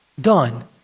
done